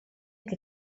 che